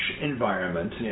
environment